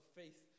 faith